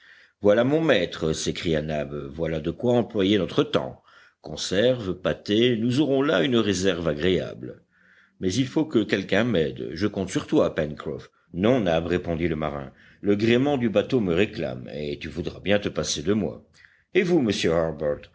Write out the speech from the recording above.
voilà mon maître s'écria nab voilà de quoi employer notre temps conserves pâtés nous aurons là une réserve agréable mais il faut que quelqu'un m'aide je compte sur toi pencroff non nab répondit le marin le gréement du bateau me réclame et tu voudras bien te passer de moi et vous monsieur